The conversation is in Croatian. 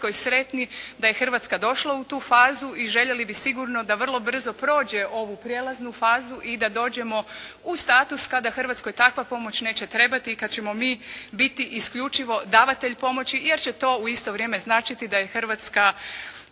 Hrvatskoj sretni da je Hrvatska došla u tu fazu i željeli bi sigurno da vrlo brzo prijeđe ovu prijelaznu fazu i da dođemo u status kada Hrvatskoj takva pomoć neće trebati i kad ćemo mi biti isključivo davatelj pomoći jer će to u isto vrijeme značiti da je Hrvatska